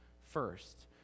first